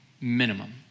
minimum